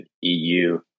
EU